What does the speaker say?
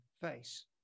face